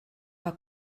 war